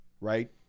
right